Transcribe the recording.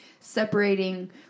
separating